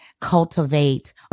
cultivate